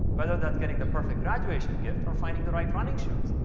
whether that's getting the perfect graduation gift or finding the right running shoes,